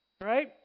right